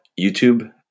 YouTube